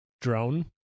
drone